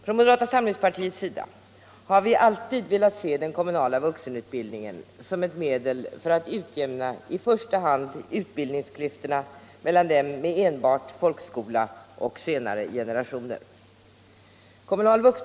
Från moderata samlingspartiets sida har vi alltid velat se den kommunala vuxenutbildningen som ett medel för att utjämna i första hand utbildningsklyftorna mellan dem med enbart folkskola och senare generationer.